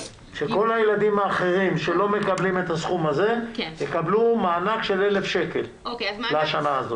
שכל הילדים שלא מקבלים את הסכום הזה יקבלו מענק של 1,000 שקלים לשנה זו.